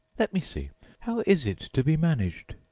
let me see how is it to be managed?